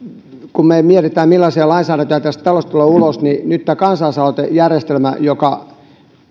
kun me mietimme millaisia lainsäädäntöjä tästä talosta tulee ulos että nyt tämä kansalaisaloitejärjestelmä joka